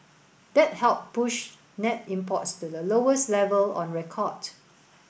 that helped push net imports to the lowest level on record